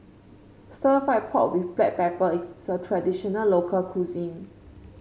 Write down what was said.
stir fry pork with Black Pepper is a traditional local cuisine